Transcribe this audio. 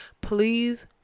please